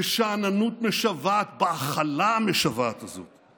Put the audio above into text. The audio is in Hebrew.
בשאננות משוועת, בהכלה המשוועת הזאת.